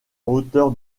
hauteur